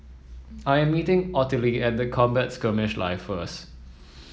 I am meeting Ottilie at the Combat Skirmish Live first